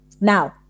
now